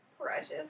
Precious